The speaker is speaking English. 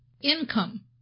Income